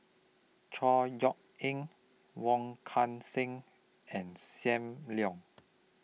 Chor Yeok Eng Wong Kan Seng and SAM Leong